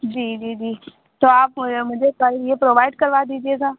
जी जी जी तो आप ये मुझे कल ये प्रोवाइड करवा दीजिएगा